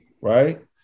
right